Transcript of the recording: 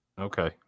Okay